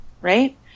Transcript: right